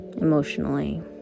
emotionally